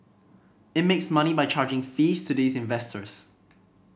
it makes money by charging fees to these investors